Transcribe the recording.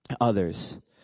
others